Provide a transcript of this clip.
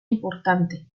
importante